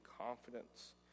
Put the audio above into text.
confidence